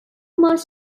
much